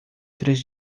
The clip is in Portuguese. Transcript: três